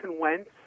Wentz